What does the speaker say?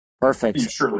Perfect